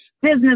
business